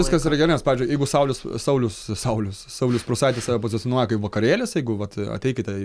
viskas yra gerai nes pavyzdžiui jeigu saulius saulius saulius saulius prūsaitis save pozicionuoja kaip vakarėlis jeigu vat ateikite į